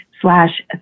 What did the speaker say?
slash